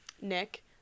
nick